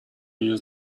use